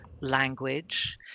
language